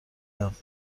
یاد